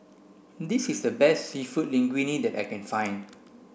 this is the best Seafood Linguine that I can find